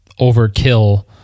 overkill